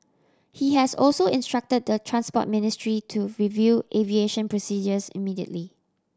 he has also instructed the Transport Ministry to review aviation procedures immediately